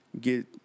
get